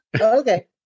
Okay